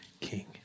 king